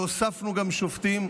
והוספנו גם שופטים,